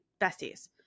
besties